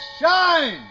shine